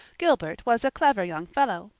gilbert was a clever young fellow,